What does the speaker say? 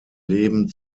leben